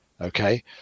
Okay